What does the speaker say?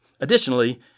Additionally